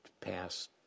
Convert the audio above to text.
passed